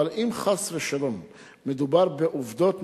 אבל אם חס ושלום מדובר בעובדות נכונות,